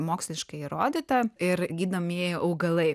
moksliškai įrodyta ir gydomieji augalai